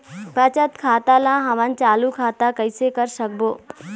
बचत खाता ला हमन चालू खाता कइसे कर सकबो?